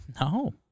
No